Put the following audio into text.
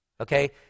okay